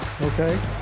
Okay